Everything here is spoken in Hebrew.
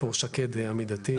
פה שקד, עמיתתי.